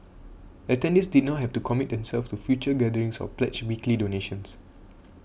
attendees did not have to commit themselves to future gatherings or pledge weekly donations